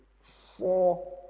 four